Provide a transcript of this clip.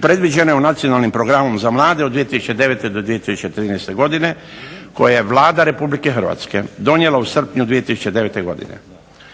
predviđena je nacionalnim programom za mlade od 2009. do 2013. godine, koji je Vlada Republike Hrvatske donijela u srpnju 2009. godine.